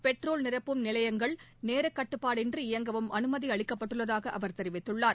petrol நிரப்பும் நிலையங்கள் நேரக்கட்டுப்பாடின்றி இயங்கவும் அனுமதி அளிக்கப்பட்டுள்ளதாக அவர் தெரிவித்துள்ளார்